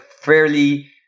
fairly